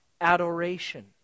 adoration